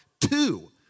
two